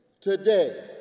Today